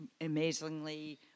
amazingly